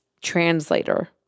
translator